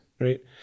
right